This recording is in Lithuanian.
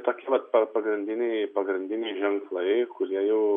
tokie vat pagrindiniai pagrindiniai ženklai kurie jau